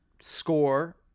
score